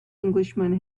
englishman